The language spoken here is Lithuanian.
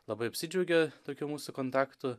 labai apsidžiaugė tokiu mūsų kontaktu